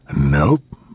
Nope